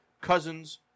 Cousins